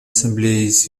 ассамблеей